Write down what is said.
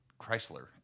Chrysler